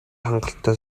хангалттай